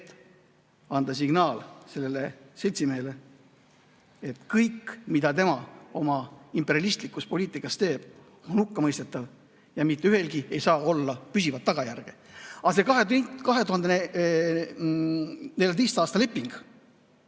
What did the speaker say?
et anda sellele seltsimehele signaal, et kõik, mida tema oma imperialistlikus poliitikas teeb, on hukkamõistetav ja mitte ühelgi ei saa olla püsivat tagajärge. Aga see 2014. aasta leping